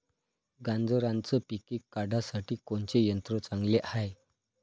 गांजराचं पिके काढासाठी कोनचे यंत्र चांगले हाय?